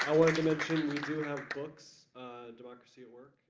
i mean do have books democracy at work.